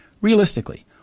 Realistically